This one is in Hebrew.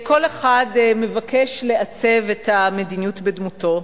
כל אחד מבקש לעצב את המדיניות בדמותו,